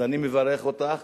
אז אני מברך אותך.